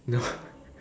no